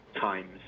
times